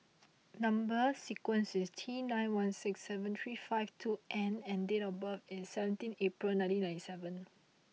number sequence is T nine one six seven three five two N and date of birth is seventeen April nineteen ninety seven